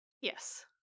Yes